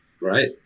Right